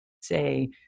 say